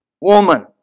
woman